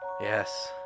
Yes